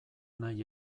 nahi